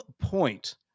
point